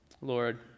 Lord